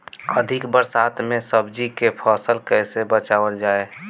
अधिक बरसात में सब्जी के फसल कैसे बचावल जाय?